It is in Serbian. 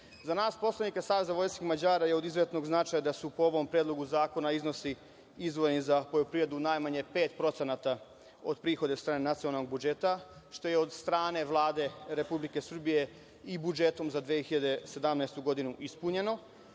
nas poslanike SVM je od izuzetnog značaja da su po ovom predlogu zakona iznosi izdvojeni za poljoprivredu najmanje 5% od prihoda od strane nacionalnog budžeta, što je od strane Vlade Republike Srbije i budžetom za 2017. godinu ispunjeno.